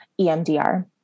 EMDR